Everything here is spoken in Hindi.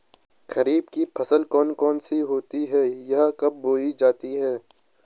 खरीफ की फसल कौन कौन सी होती हैं यह कब बोई जाती हैं?